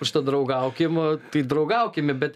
užtat draugaukim tai draugaukime bet